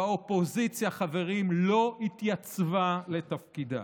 והאופוזיציה, חברים, לא התייצבה לתפקידה.